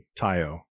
tayo